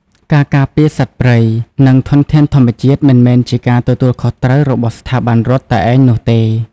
ការការពារសត្វព្រៃ និងធនធានធម្មជាតិ មិនមែនជាការទទួលខុសត្រូវរបស់ស្ថាប័នរដ្ឋតែឯងនោះទេ។